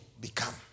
become